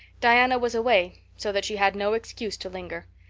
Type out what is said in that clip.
diana was away so that she had no excuse to linger.